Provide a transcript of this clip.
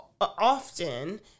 often